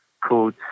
called